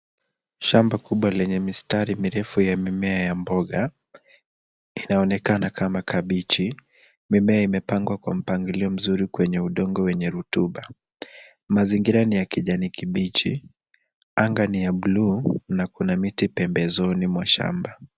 Shamba kubwa lenye mistari mirefu ya mimea ya mboga, inaonekana kama kabichi. Mimea imepangwa kwa mpangilio mzuri kwenye udongo wenye rutuba. Mazingira ni ya kijani kibichi, anga ni ya bluu na kuna miti pembezoni mwa shamba.